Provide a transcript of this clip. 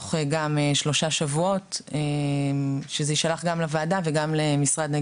בתוך שלושה שבועות שזה יישלח לוועדה ולמשרד לפיתוח הפריפריה,